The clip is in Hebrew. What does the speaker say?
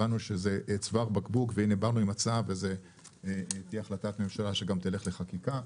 הבנו שזה צוואר בקבוק, העברנו הצעה, שתלך לחקיקה,